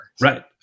Right